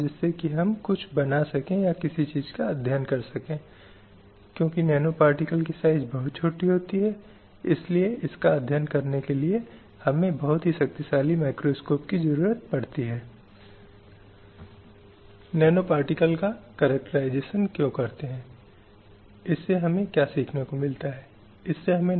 विभिन्न विश्व सम्मेलन हैं जो स्थापित किए गए थे वे सभी महिलाओं के अधिकारों और महिलाओं के खिलाफ हिंसा की अवधारणा पर जोर देने की कोशिश करते हैं और उन्होंने विभिन्न राज्यों के लिए कई कार्यक्रमों की योजना बनाई है जिसके तहत राज्यों में इस तरह के अधिकार स्थापित किए जा सकते हैं